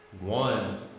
One